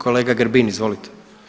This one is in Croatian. Kolega Grbin izvolite.